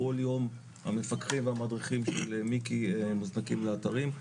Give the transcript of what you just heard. כל יום המפקחים והמדריכים של מיקי מוזנקים לאתרים.